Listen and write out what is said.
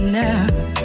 now